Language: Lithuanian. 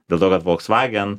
dėl to kad volkswagen